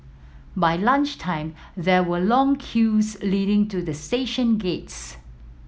by lunch time there were long queues leading to the station gates